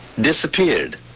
disappeared